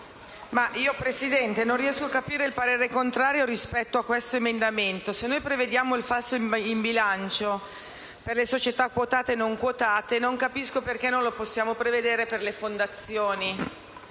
Signor Presidente, non riesco a capire le motivazioni del parere contrario espresso su questo emendamento. Se noi prevediamo il falso in bilancio per le società quotate e non quotate, non capisco perché non possiamo prevederlo per le fondazioni.